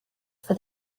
for